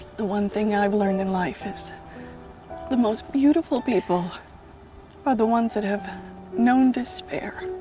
the one thing i've learned in life is the most beautiful people are the ones that have known despair,